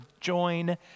join